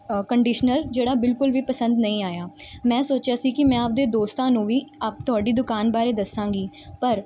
conditioner ਜਿਹੜਾ ਬਿਲਕੁਲ ਵੀ ਪਸੰਦ ਨਹੀਂ ਆਇਆ ਮੈਂ ਸੋਚਿਆ ਸੀ ਕਿ ਮੈਂ ਆਪਣੇ ਦੋਸਤਾਂ ਨੂੰ ਵੀ ਅਪ ਤੁਹਾਡੀ ਦੁਕਾਨ ਬਾਰੇ ਦੱਸਾਂਗੀ ਪਰ